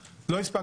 ו' בכסלו התשפ"ב,